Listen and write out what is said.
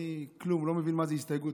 אני לא מבין מה זו הסתייגות,